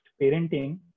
parenting